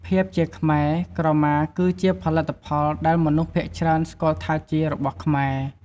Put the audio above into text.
ភាពជាខ្មែរ ក្រមាគឺជាផលិតផលដែលមនុស្សភាគច្រើនស្គាល់ថាជា "របស់ខ្មែរ"។